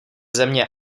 země